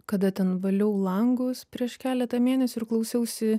kada ten valiau langus prieš keletą mėnesių ir klausiausi